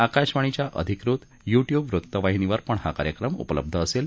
आकाशवाणीच्याअधिकृत YouTube वृत्तवाहिनीवर पण हा कार्यक्रम उपलब्ध असेल